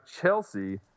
Chelsea